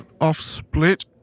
off-split